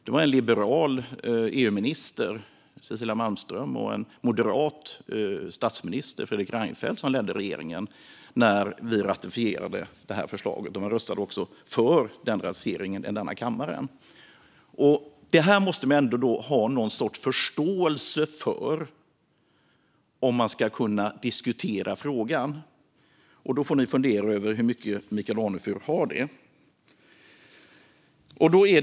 Det var en liberal EU-minister, Cecilia Malmström, och en moderat statsminister, Fredrik Reinfeldt, som ledde regeringen när vi ratificerade förslaget. Man röstade också för den ratificeringen i denna kammare. Det här måste man ändå ha någon sorts förståelse för om man ska kunna diskutera frågan. Ni får fundera över hur stor förståelse Michael Anefur har.